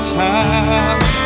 time